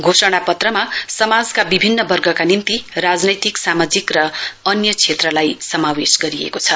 घोषणापत्रमा समाजका विभिन्न वर्गका निम्ति सामाजिक र अन्य क्षेत्रलाई समावेश गरिएको छ